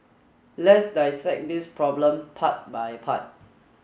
let's dissect this problem part by part